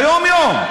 ביום-יום.